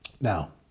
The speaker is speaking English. Now